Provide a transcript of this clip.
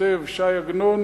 כותב ש"י עגנון: